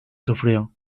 sufrió